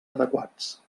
adequats